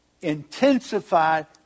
intensified